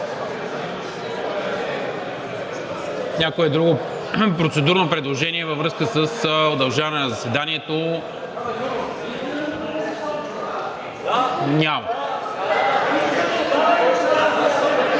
Някое друго процедурно предложение във връзка с удължаване на заседанието? Няма.